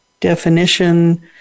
definition